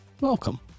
welcome